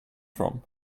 from